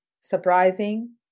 surprising